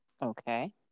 Okay